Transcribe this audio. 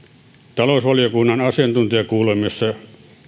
talousvaliokunnan asiantuntijakuulemisessa